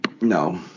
No